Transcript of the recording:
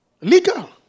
legal